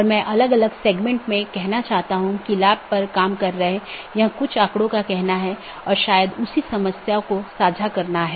तो IBGP speakers की तरह AS के भीतर पूर्ण मेष BGP सत्रों का मानना है कि एक ही AS में साथियों के बीच एक पूर्ण मेष BGP सत्र स्थापित किया गया है